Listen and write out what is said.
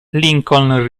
lincoln